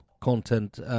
content